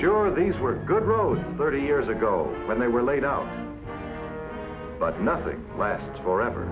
sure these were good roads thirty years ago when they were laid out but nothing lasts forever